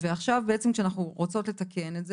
ועכשיו בעצם כשאנחנו רוצות לתקן את זה